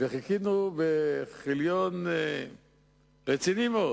וחיכינו בכיליון עיניים רציני מאוד